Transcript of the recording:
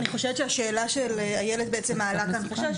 אני חושבת שהשאלה של איילת בעצם מעלה כאן חשש.